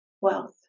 wealth